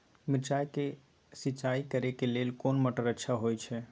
मिर्चाय के सिंचाई करे लेल कोन मोटर अच्छा होय छै?